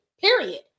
period